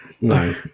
No